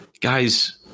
guys